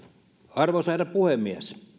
arvoisa herra puhemies